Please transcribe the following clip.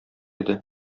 иде